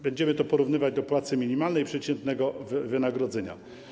Będziemy to porównywać do płacy minimalnej i przeciętnego wynagrodzenia.